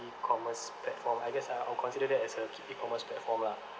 E-commerce platform I guess I'll I'll consider that as a E-commerce platform lah